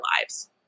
lives